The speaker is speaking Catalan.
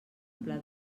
pla